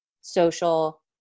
social